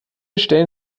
stellen